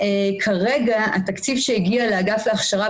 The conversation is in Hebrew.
כרגע התקציב שהגיע לאגף להכשרה,